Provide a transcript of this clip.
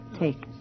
take